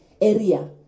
area